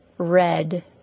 Red